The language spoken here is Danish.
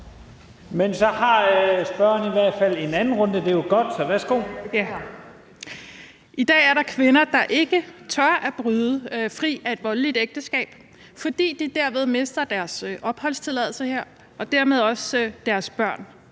Men så har spørgeren i hvert fald en kort bemærkning til, og det er jo godt, så værsgo. Kl. 17:21 Louise Mehnke (S): I dag er der kvinder, der ikke tør bryde ud af et voldeligt ægteskab, fordi de derved mister deres opholdstilladelse og dermed også deres børn.